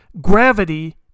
Gravity